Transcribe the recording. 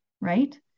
right